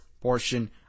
portion